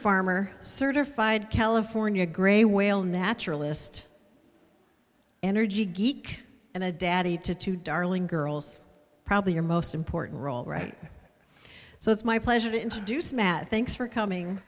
farmer certified california gray whale naturalist energy geek and a daddy to two darling girls probably your most important role right so it's my pleasure to introduce matt thanks for coming